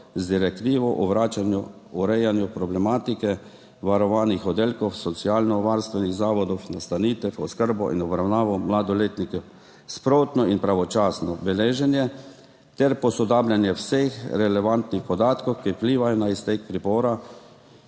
z Direktivo o urejanju problematike varovanih oddelkov socialnovarstvenih zavodov nastanitev, oskrbo in obravnavo mladoletnikov; sprotno in pravočasno beleženje ter posodabljanje vseh relevantnih podatkov, ki vplivajo na iztek pripora;